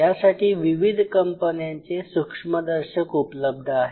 यासाठी विविध कंपन्यांचे सूक्ष्मदर्शक उपलब्ध आहे